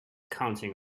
counting